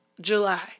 July